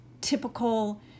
typical